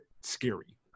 scary